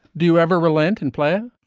do you ever relent and play?